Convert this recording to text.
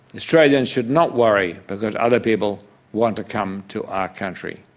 australians should not worry because other people want to come to our country.